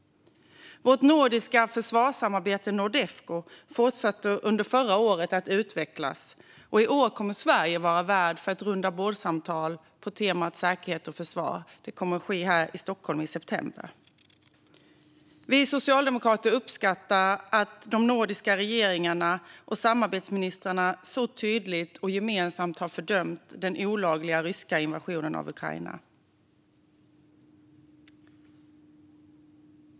Vårt nordiska försvarssamarbete, Nordefco, fortsatte under förra året att utvecklas, och i år kommer Sverige att vara värd för ett rundabordssamtal på temat säkerhet och försvar. Det kommer att ske här i Stockholm i september. Vi socialdemokrater uppskattar att de nordiska regeringarna och samarbetsministrarna så tydligt och gemensamt har fördömt den olagliga ryska invasionen av Ukraina.